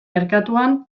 merkatuan